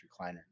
recliner